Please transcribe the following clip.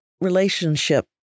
relationship